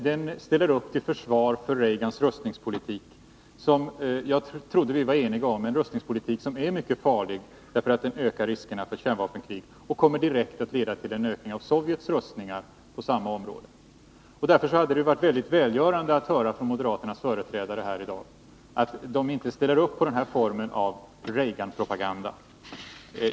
Den ställer upp till försvar för Reagans rustningspolitik, som — det trodde jag vi var eniga om — är mycket farlig därför att den ökar riskerna för kärnvapenkrig och kommer att direkt leda till en ökning av Sovjets rustningar på samma område. Därför hade det varit välgörande att få höra från moderaternas företrädare att de inte ställer upp på den här formen av Reaganpropaganda.